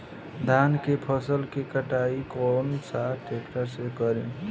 धान के फसल के कटाई कौन सा ट्रैक्टर से करी?